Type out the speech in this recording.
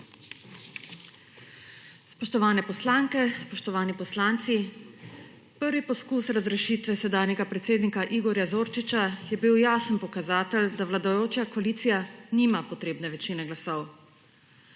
Spoštovane poslanke, spoštovani poslanci! Prvi poskus razrešitve sedanjega predsednika Igorja Zorčiča je bil jasen pokazatelj, da vladajoča koalicija nima potrebne večine glasov.